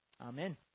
Amen